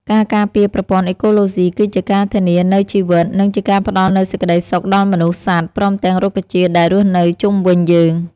ការការពារប្រព័ន្ធអេកូឡូស៊ីគឺជាការធានានូវជីវិត និងជាការផ្តល់នូវសេចក្តីសុខដល់មនុស្ស សត្វ ព្រមទាំងរុក្ខជាតិដែលរស់នៅជុំវិញយើង។